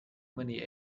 many